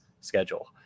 schedule